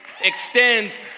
extends